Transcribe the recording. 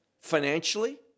financially